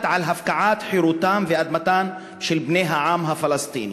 על הפקעת חירותם ואדמתם של בני העם הפלסטיני.